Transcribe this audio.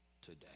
Today